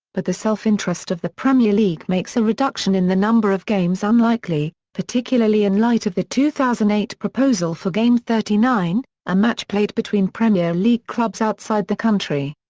but the self-interest of the premier league makes a reduction in the number of games unlikely, particularly in light of the two thousand and eight proposal for game thirty nine, a match played between premier league clubs outside the country.